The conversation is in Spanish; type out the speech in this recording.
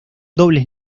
dobles